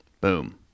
Boom